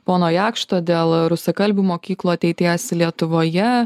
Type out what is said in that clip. pono jakšto dėl rusakalbių mokyklų ateities lietuvoje